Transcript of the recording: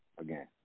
again